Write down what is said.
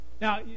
Now